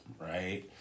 right